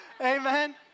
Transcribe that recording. Amen